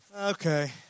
Okay